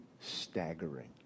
staggering